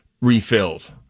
refilled